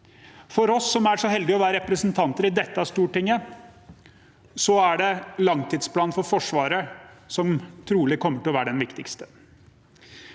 For oss som er så heldige å være representanter i dette stortinget, er det langtidsplanen for Forsvaret som trolig kommer til å være den viktigste.